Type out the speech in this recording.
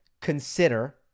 consider